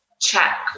check